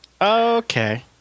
Okay